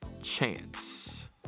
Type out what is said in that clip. Chance